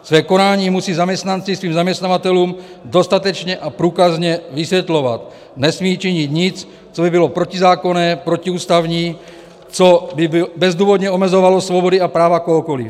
Své konání musí zaměstnanci svým zaměstnavatelům dostatečně a průkazně vysvětlovat, nesmí činit nic, co by bylo protizákonné, protiústavní, co by bezdůvodně omezovalo svobody a práva kohokoliv.